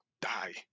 die